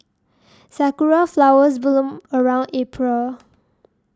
sakura flowers bloom around April